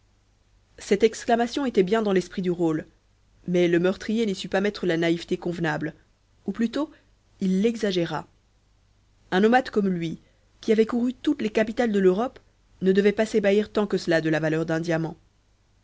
cette exclamation était bien dans l'esprit du rôle mais le meurtrier n'y sut pas mettre la naïveté convenable ou plutôt il l'exagéra un nomade comme lui qui avait couru toutes les capitales de l'europe ne devait pas s'ébahir tant que cela de la valeur d'un diamant